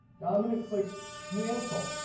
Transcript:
now i'm and to click cancel.